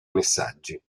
messaggi